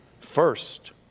First